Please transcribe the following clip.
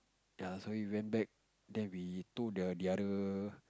ya so we went back then we told the the other